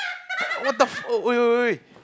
what the f~ oi wait wait wait